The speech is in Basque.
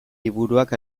liburuak